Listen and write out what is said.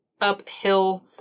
uphill